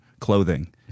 clothing